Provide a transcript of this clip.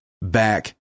back